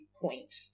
point